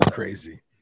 crazy